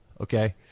okay